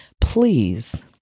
Please